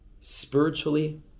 spiritually